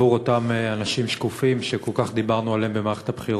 עבור אותם אנשים שקופים שכל כך הרבה דיברנו עליהם במערכת הבחירות.